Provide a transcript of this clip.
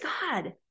God